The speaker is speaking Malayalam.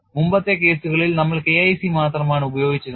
മുമ്പത്തെ കേസുകളിൽ നമ്മൾ K IC മാത്രമാണ് ഉപയോഗിച്ചിരുന്നത്